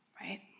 Right